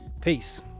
Peace